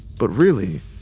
but really,